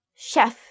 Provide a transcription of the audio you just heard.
chef